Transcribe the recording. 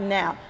now